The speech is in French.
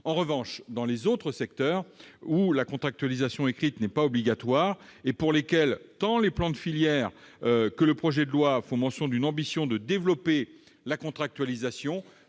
En revanche, dans les secteurs où la contractualisation écrite n'est pas obligatoire et pour lesquels tant les plans de filières que le projet de loi font mention d'une ambition de développer la contractualisation,